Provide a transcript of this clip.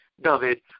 David